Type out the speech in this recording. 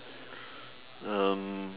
um